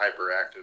hyperactive